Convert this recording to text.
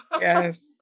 yes